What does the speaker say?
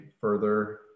further